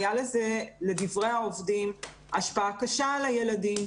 הייתה לזה, לדברי העובדים, השפעה קשה על הילדים,